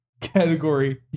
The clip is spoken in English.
Category